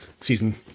season